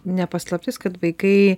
ne paslaptis kad vaikai